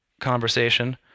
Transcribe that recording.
conversation